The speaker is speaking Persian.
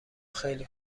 خیلی